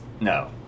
no